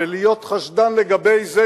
ולהיות חשדן לגבי זה,